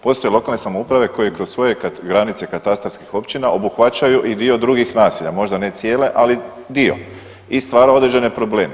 Postoje lokalne samouprave koje kroz svoje granice katastarskih općina obuhvaćaju i dio drugih naselja, možda ne cijele ali dio i stvara određene probleme.